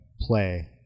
play